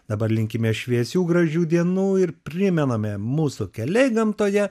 dabar linkime šviesių gražių dienų ir primename mūsų keliai gamtoje